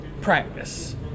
practice